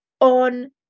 on